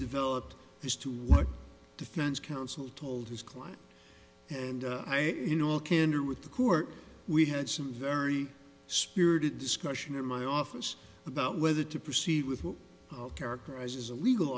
developed as to what defense counsel told his client and in all candor with the court we had some very spirited discussion in my office about whether to proceed with what characterizes a legal